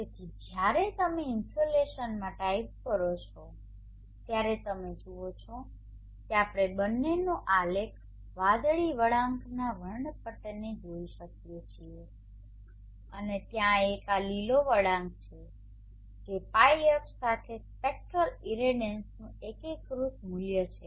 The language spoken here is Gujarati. તેથી જ્યારે તમે ઇનસોલેશનમાં ટાઇપ કરો છો ત્યારે તમે જુઓ છો કે આપણે બંનેનો આલેખ વાદળી વળાંકના વર્ણપટને જોઈ શકીએ છીએ અને ત્યાં આ લીલો વળાંક છે જે λ અક્ષ સાથે સ્પેક્ટ્રલ ઇરેડિયન્સનું એકીકૃત મૂલ્ય છે